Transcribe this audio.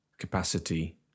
capacity